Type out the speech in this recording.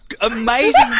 amazing